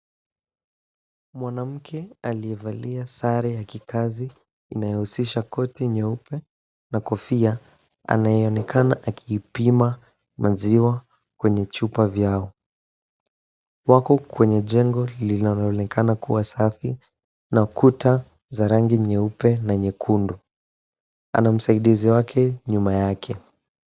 Mwanamke aliyevalia sare ya kikazi inayohusisha koti nyeupe na kofia. Anayeonekana akipima maziwa kwenye chupa vyao. Wako kwenye jengo linaloonekana kuwa safi na kuta za rangi nyeupe na nyekundu. Ana msaidizi wake nyuma yake.